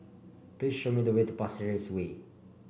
please show me the way to Pasir Ris Way